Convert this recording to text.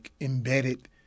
embedded